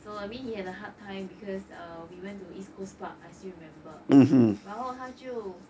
so I mean he had a hard time because uh we went to east coast park I still remember 然后他就